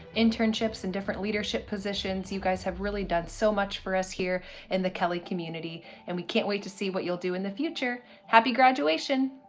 internships, and different leadership positions. you guys have really done so much for us here in the kelley community and we can't wait to see what you'll do in the future. happy graduation!